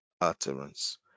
utterance